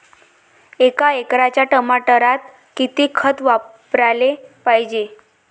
एका एकराच्या टमाटरात किती खत वापराले पायजे?